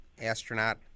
astronaut